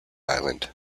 island